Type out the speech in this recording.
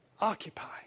occupy